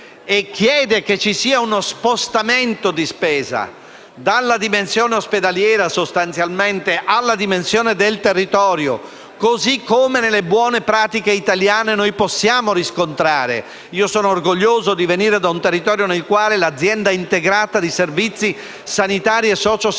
e chiede che ci sia uno spostamento di spesa dalla dimensione ospedaliera alla dimensione del territorio, così come nelle buone pratiche italiane possiamo riscontrare. Sono orgoglioso di venire da un territorio nel quale l'azienda integrata di servizi sanitari e sociosanitari,